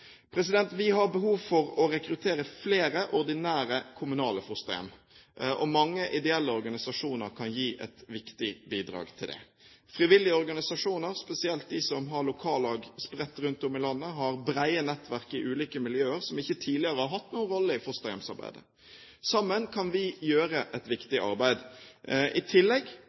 Vi har behov for å rekruttere flere ordinære kommunale fosterhjem. Mange ideelle organisasjoner kan gi et viktig bidrag til det. Frivillige organisasjoner, spesielt de som har lokallag spredt rundt om i landet, har brede nettverk i ulike miljøer som ikke tidligere har hatt noen rolle i fosterhjemsarbeidet. Sammen kan vi gjøre et viktig arbeid. I tillegg